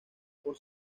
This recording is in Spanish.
por